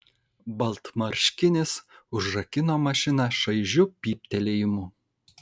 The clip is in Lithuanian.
baltmarškinis užrakino mašiną šaižiu pyptelėjimu